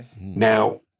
Now